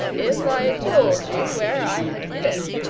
if i told you where i had been.